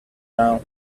now